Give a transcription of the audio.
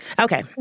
Okay